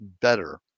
better